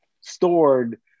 stored